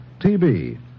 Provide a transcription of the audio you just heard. TB